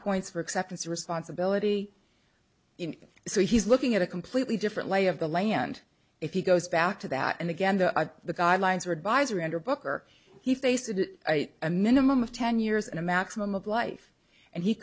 points for acceptance of responsibility in so he's looking at a completely different lay of the land if he goes back to that and again the the guidelines are advisory under booker he faces a minimum of ten years in a maximum of life and he